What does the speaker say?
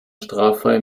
straffrei